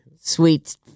Sweet